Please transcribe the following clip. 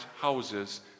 houses